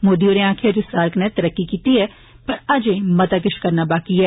मोदी होरें आक्खेआ जे सार्क नै तरक्की कीती ऐ पर अजें मता किष करना बाकी ऐ